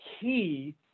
key